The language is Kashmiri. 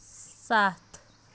ستھ